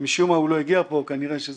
שמשום מה לא הגיע לפה, כנראה שהוא